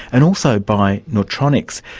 and also by nautronix.